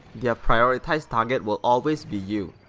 yeah prioritize target will always be you.